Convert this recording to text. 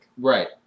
Right